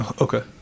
okay